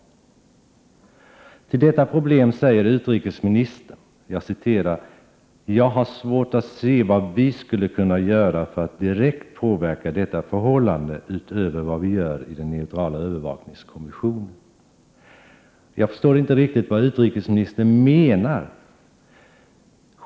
Beträffande detta problem säger utrikesministern: ”Jag har svårt att se vad vi skulle kunna göra för att direkt påverka detta förhållande, utöver det vi redan gör genom vårt deltagande i NNSC.” Jag förstår inte riktigt vad utrikesministern menar.